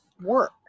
work